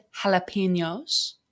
Jalapenos